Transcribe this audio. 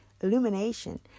illumination